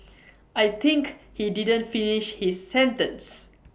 I think he didn't finish his sentence